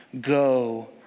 Go